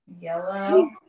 Yellow